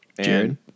Jared